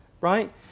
right